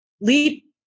leap